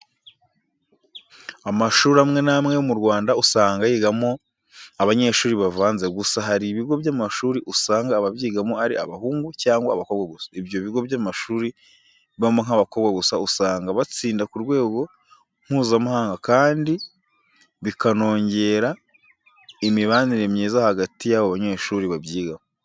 Amashuri amwe n'amwe yo mu Rwanda usanga yigamo abanyeshuri bavanze, gusa hari ibigo by'amashuri usanga ababyigamo ari abahungu cyangwa abakobwa gusa. Ibyo bigo by'amashuri bibamo nk'abakobwa gusa usanga batsinda ku rwego Mpuzamahanga kandi bikanongera imibanire myiza hagati y'abo banyeshuri babyigamo.